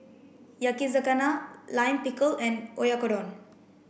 Yakizakana Lime Pickle and Oyakodon